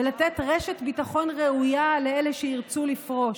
ולתת רשת ביטחון ראויה לאלה שירצו לפרוש.